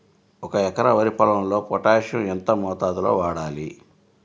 ఒక ఎకరా వరి పొలంలో పోటాషియం ఎంత మోతాదులో వాడాలి?